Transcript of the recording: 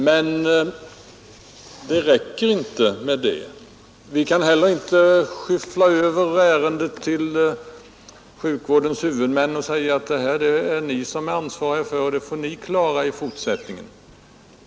Men det räcker inte med det. Vi kan inte heller skyffla över ärendet på sjukvårdens huvudmän och säga att ni har ansvaret för detta. Det får ni klara i fortsättningen!